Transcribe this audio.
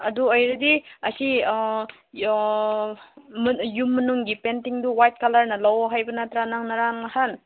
ꯑꯗꯨ ꯑꯣꯏꯔꯗꯤ ꯑꯁꯤ ꯌꯨꯝ ꯃꯅꯨꯡꯒꯤ ꯄꯦꯟꯇꯤꯡꯗꯨ ꯋꯥꯏꯠ ꯀꯂꯔꯅ ꯂꯧꯋꯣ ꯍꯥꯏꯕ ꯅꯠꯇ꯭ꯔ ꯅꯪ ꯉꯔꯥꯡ ꯅꯍꯟ